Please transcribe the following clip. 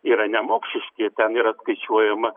yra nemokšiški ten yra skaičiuojama